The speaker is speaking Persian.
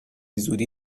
زودی